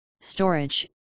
storage